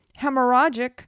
hemorrhagic